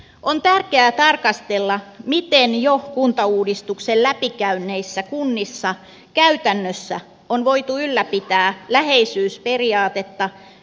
on tärkeää tarkastella miten jo kuntauudistuksen läpi käyneissä kunnissa käytännössä on voitu ylläpitää läheisyysperiaatetta äänestysjärjestelyissä